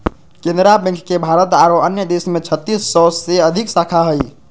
Canara bank के भारत आरो अन्य देश में छत्तीस सौ से अधिक शाखा हइ